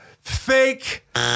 Fake